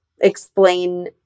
explain